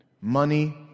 Money